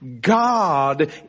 God